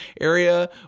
area